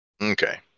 Okay